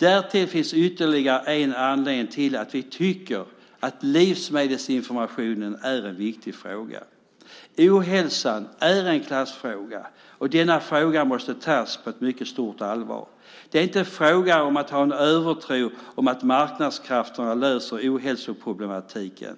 Därtill finns ytterligare en anledning till att vi tycker att livsmedelsinformation är en viktig fråga. Ohälsan är en klassfråga, och denna fråga måste tas på ett mycket stort allvar. Det är inte en fråga om att ha en övertro på att marknadskrafterna löser ohälsoproblematiken,